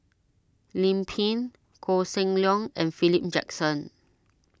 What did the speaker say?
Lim Pin Koh Seng Leong and Philip Jackson